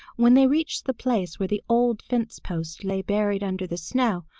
when they reached the place where the old fence-post lay buried under the snow,